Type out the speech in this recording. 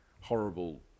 horrible